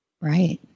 Right